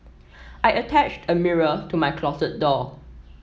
I attached a mirror to my closet door